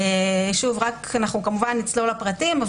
אנו כמובן נצלול לפרטים,